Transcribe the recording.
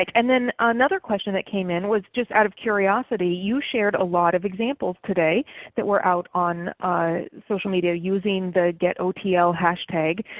like and then another question that came in just out of curiosity, you shared a lot of examples today that were out on social media using the getotl hashtag.